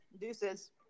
deuces